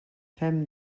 fem